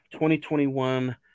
2021